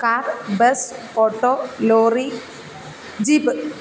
car bus auto lorry jeep